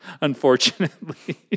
unfortunately